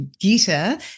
Gita